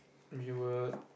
we will